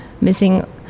Missing